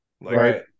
right